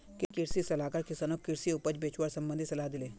कृषि सलाहकार किसानक कृषि उपज बेचवार संबंधित सलाह दिले